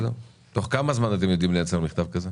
תוך כמה זמן אתם יודעים לייצר מכתב כזה?